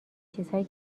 چیزهایی